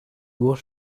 was